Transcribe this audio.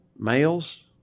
Males